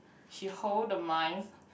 she hold the mice